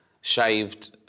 shaved